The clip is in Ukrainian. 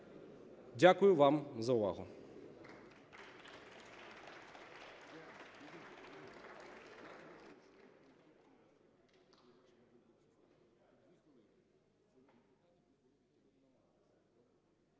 Дякую вам за увагу.